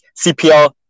cpl